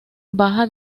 baja